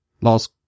Last